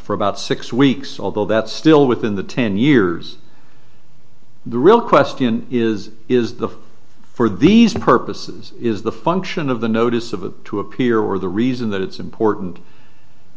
for about six weeks although that's still within the ten years the real question is is the for these purposes is the function of the notice of it to appear or the reason that it's important